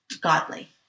godly